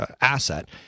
asset